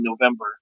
November